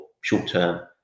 short-term